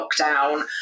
lockdown